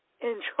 Enjoy